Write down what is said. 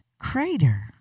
Crater